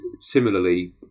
similarly